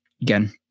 again